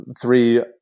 three